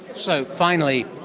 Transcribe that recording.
so, finally,